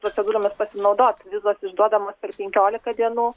procedūromis pasinaudot vizos išduodamos per penkiolika dienų